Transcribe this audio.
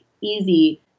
easy